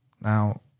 now